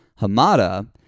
Hamada